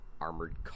Armored